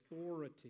authority